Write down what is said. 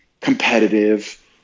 competitive